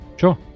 Sure